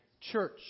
church